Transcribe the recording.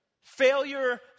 Failure